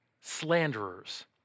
slanderers